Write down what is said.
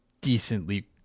decently